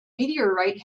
meteorite